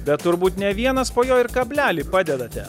bet turbūt ne vienas po jo ir kablelį padedate